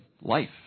life